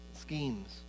schemes